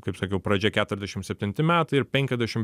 kaip sakiau pradžia keturiasdešim septinti metai ir penkiasdešim